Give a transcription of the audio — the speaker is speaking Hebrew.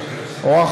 ורק